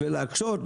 בשביל להקשות?